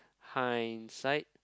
hindsight